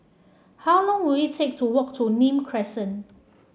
how long will it take to walk to Nim Crescent